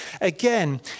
Again